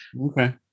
Okay